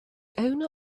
owner